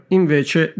invece